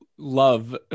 Love